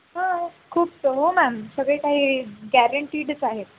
ह खूप हो मॅम सगळे काही गॅरंटीडच आहेत